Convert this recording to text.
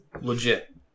legit